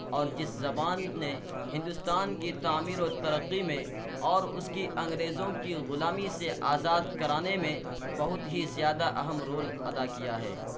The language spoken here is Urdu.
اور جس زبان نے ہندوستان کی تعمیر و ترقی میں اور اس کی انگریزوں کی غلامی سے آزاد کرانے میں بہت ہی زیادہ اہم رول ادا کیا ہے